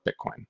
Bitcoin